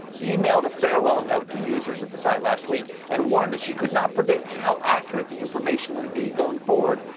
emailed a farewell note to users of the site last week, and warned that she could not predict how accurate the information would be going forward,